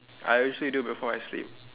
I usually do before I sleep